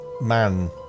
man